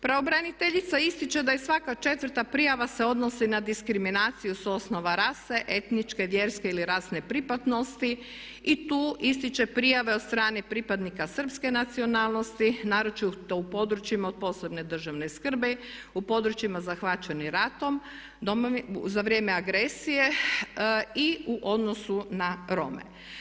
Pravobraniteljica ističe da je svaka četvrta prijava se odnosi na diskriminaciju sa osnova rase, etničke, vjerske ili rasne pripadnosti i tu ističe prijave od strane pripadnika srpske nacionalnosti naročito u područjima od posebne državne skrbi, u područjima zahvaćeni ratom, za vrijeme agresije i u odnosu na Rome.